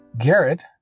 Garrett